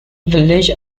village